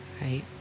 right